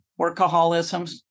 workaholisms